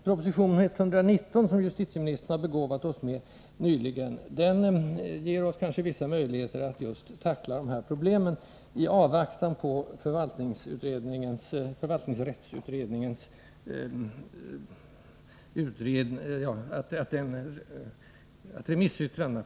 Proposition 119, som justitieministern nyligen begåvat oss med, ger oss — Nr 102 kanske vissa möjligheter att tackla dessa problem i avvaktan på remissyttran Tisdagen den dena över förvaltningsrättsutredningens förslag.